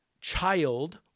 child